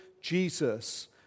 Jesus